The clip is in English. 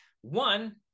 One